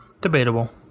Debatable